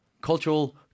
Cultural